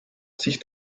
sich